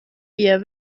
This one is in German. wir